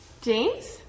James